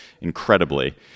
incredibly